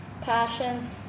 passion